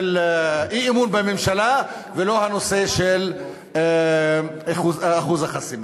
אי-אמון בממשלה ולא הנושא של אחוז החסימה.